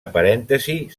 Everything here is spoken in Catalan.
parèntesis